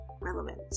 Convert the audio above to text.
relevant